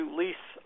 lease